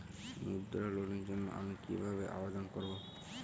মুদ্রা লোনের জন্য আমি কিভাবে আবেদন করবো?